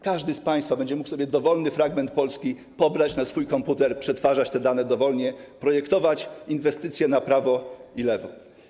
Każdy z państwa będzie mógł sobie dowolny fragment Polski pobrać na swój komputer, przetwarzać te dane dowolnie, projektować inwestycje na prawo i lewo.